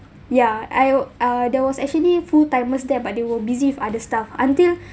ya I wa~ uh there was actually full-timers there but they were busy with other stuff until